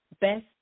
best